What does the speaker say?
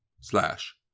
slash